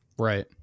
Right